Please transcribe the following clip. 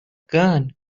gone